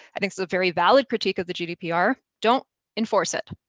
i think is a very valid critique of the gdpr, don't enforce it.